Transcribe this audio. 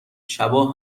شبا